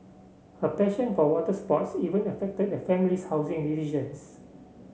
her passion for water sports even affected the family's housing decisions